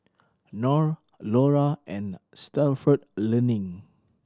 Knorr Iora and Stalford Learning